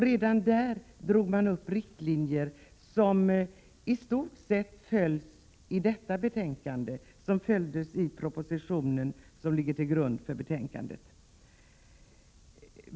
Redan där drog man upp riktlinjer som i stort sett följs i detta betänkande och som följdes i propositionen som ligger till grund för betänkandet.